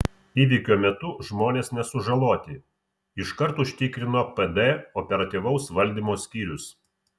įvykio metu žmonės nesužaloti iškart užtikrino pd operatyvaus valdymo skyrius